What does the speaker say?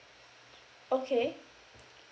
okay